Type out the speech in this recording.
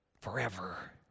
forever